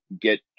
get